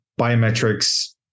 biometrics